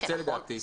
נכון.